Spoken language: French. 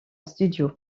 studio